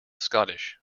scottish